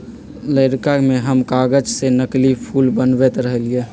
लइरका में हम कागज से नकली फूल बनबैत रहियइ